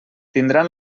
tindran